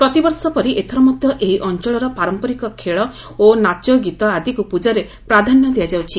ପ୍ରତିବର୍ଷ ପରି ଏଥର ମଧ୍ଧ ଏହି ଅଂଚଳର ପାରମ୍ମରିକ ଖେଳ ଓ ନାଚ ଗୀତ ଆଦିକୁ ପୂଜାରେ ପ୍ରାଧାନ୍ୟ ଦିଆଯାଉଛି